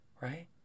right